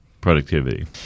productivity